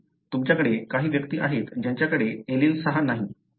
तरीही तुमच्याकडे काही व्यक्ती आहेत ज्यांच्याकडे एलील 6 नाही